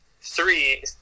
three